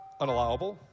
Unallowable